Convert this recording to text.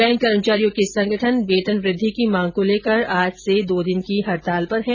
bank कर्मचारियों के संगठन वेतन वृद्धि की मांग को लेकर आज से दो दिन की हडताल पर हैं